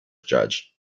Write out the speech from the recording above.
judge